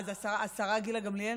אה, זו השרה גילה גמליאל?